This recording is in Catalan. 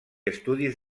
estudis